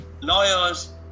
lawyers